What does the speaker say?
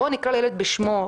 בוא נקרא לילד בשמו,